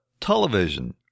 television